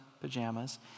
pajamas